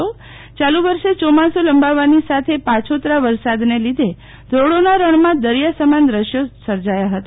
યાલુ વર્ષે ચોમાસુ લંબાવવાની સાથે પાછોતરા વરસાદને લીધે ધોરડોના રણમાં દરિયા સમાન દશ્યો સર્જાયા હતા